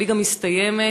הליגה מסתיימת